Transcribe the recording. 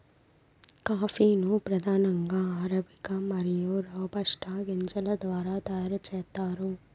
coffee ను ప్రధానంగా arabica మరియు రోబస్టా గింజల ద్వారా తయారు చేత్తారు